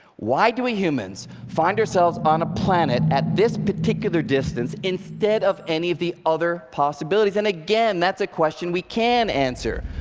why do we humans find ourselves on a planet at this particular distance, instead of any of the other possibilities? and again, that's a question we can answer.